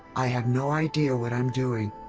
i have no idea what i'm doing.